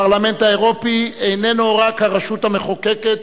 הפרלמנט האירופי איננו רק הרשות המחוקקת